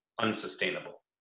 unsustainable